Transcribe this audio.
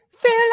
feel